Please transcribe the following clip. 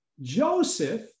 Joseph